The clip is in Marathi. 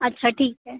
अच्छा ठीक आहे